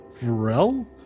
Varel